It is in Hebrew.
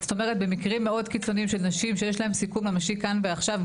זאת אומרת למקרים מאוד קיצוניים של נשים שיש להן סיכון ממשי כאן ועכשיו.